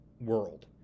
world